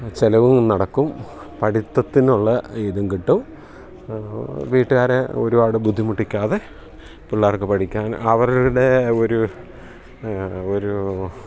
ചിലവും നടക്കും പഠിത്തത്തിനുള്ള ഇതും കിട്ടും വീട്ടുകാരെ ഒരുപാട് ബുദ്ധിമുട്ടിക്കാതെ പിള്ളേർക്ക് പഠിക്കാൻ അവരുടെ ഒരു ഒരു